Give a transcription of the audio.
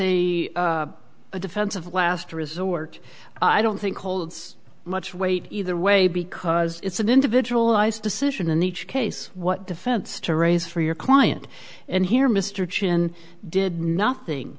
it's a defense of last resort i don't think holds much weight either way because it's an individualized decision in each case what defense to raise for your client and here mr chin did nothing